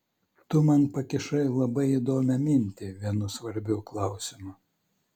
tu man pakišai labai įdomią mintį vienu svarbiu klausimu